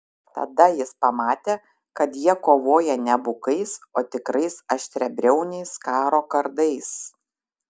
tada jis pamatė kad jie kovoja ne bukais o tikrais aštriabriauniais karo kardais